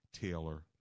Taylor